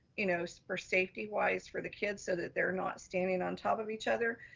you know, so for safety wise for the kids, so that they're not standing on top of each other.